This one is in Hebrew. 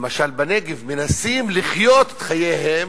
למשל בנגב, מנסים לחיות את חייהם,